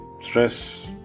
stress